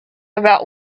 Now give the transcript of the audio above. about